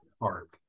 heart